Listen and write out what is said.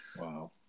Wow